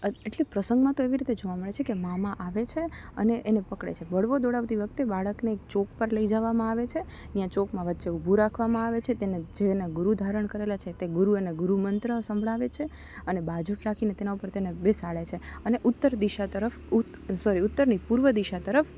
એટલે પ્રસંગમાં તો એવી રીતે જોવા મળે છે મામા આવે છે અને એને પકડે છે બળવો દોડાવતી વખતે બાળકને એક ચોક પર લઈ જવામાં આવે છે ત્યાં ચોકમાં વચ્ચે ઊભું રાખવામાં આવે છે તેને જે એણે ગુરુ ધારણ કરેલા છે તે ગુરુ એને ગુરુ મંત્ર સંભળાવે છે અને બાજટ રાખીને તેના પર તેને બેસાડે છે અને ઉત્તર દિશા તરફ સોરી ઉત્તર નહીં પૂર્વ દિશા તરફ